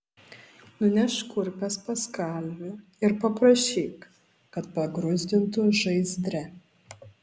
nunešk kurpes pas kalvį ir paprašyk kad pagruzdintų žaizdre